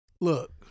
look